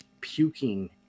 puking